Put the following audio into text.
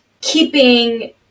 keeping